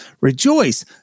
rejoice